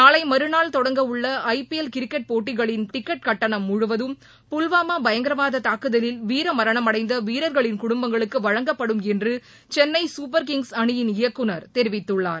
நாளை மறுநாள் தொடங்கவுள்ள ஐ பி எல் கிரிக்கெட் போட்டிகளின் டிக்கெட் கட்டணம் முழுவதும் புல்வாமா பயங்கரவாத தாக்குதலில் வீரமரணமடைந்த வீரர்களின் குடும்பங்களுக்கு வழங்கப்படும் என்று சென்னை சூப்பர் கிங்ஸ் அணியின் இயக்குநர் தெரிவித்துள்ளார்